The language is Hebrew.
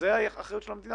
זאת אחריות של המדינה,